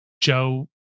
Joe